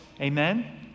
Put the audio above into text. Amen